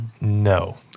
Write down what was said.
No